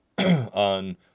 on